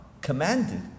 commanded